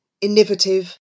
innovative